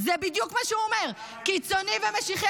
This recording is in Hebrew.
זה בדיוק מה שהוא אומר: קיצוני ומשיחי.